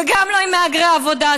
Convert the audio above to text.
וגם לא עם מהגרי עבודה,